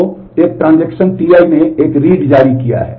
तो एक ट्रांजेक्शन जारी किया है